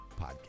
podcast